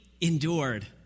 endured